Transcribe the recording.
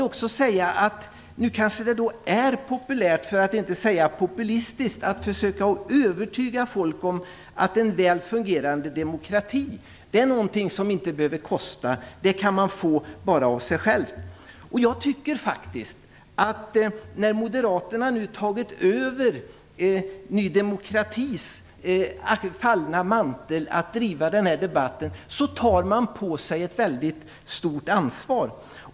Det är kanske populärt, för att inte säga populistiskt, att försöka att övertyga folk om att en välfungerande demokrati är någonting som inte behöver kosta, det kan man få bara av sig självt. När Moderaterna nu tagit över Ny demokratis fallna mantel att driva den här debatten tar man på sig ett väldigt stort ansvar.